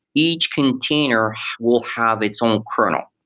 each container will have its own kernel.